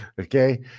Okay